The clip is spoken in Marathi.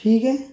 ठीक आहे